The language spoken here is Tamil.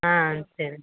ஆ சரி